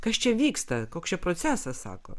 kas čia vyksta koks čia procesas sako